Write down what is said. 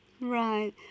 Right